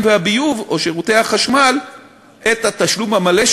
והביוב ושירותי החשמל את התשלום המלא,